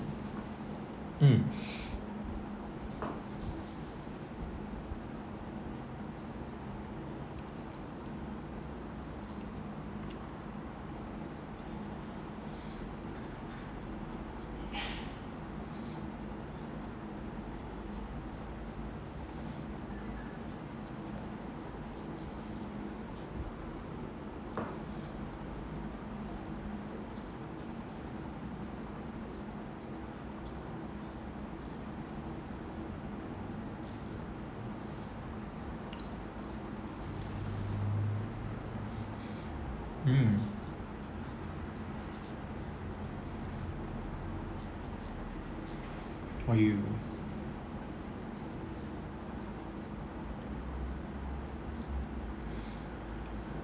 mm mm why you